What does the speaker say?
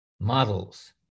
models